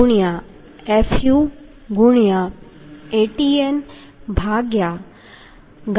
9 fuAtnɣm1 હશે